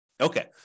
Okay